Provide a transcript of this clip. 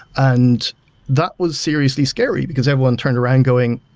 and that was seriously scary because everyone turned around going,